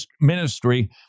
ministry